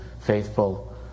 faithful